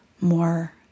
more